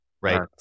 right